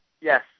Yes